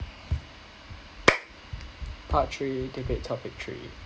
part three debate topic three